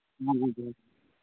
ᱦᱮᱸ ᱦᱮᱸ ᱡᱚᱦᱟᱨ ᱜᱮ